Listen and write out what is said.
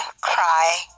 cry